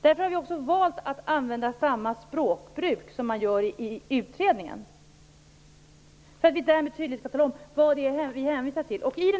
Därför har vi också valt att använda samma språkbruk som i utredningen så att vi därmed skall kunna tala om vad det är vi hänvisar till. I